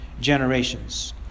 generations